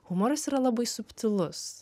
humoras yra labai subtilus